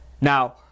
Now